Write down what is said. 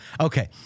okay